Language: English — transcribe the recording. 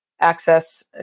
access